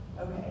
okay